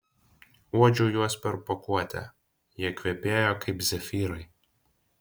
uodžiau juos per pakuotę jie kvepėjo kaip zefyrai